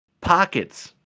Pockets